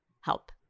help